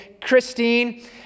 Christine